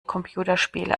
computerspiele